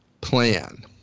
plan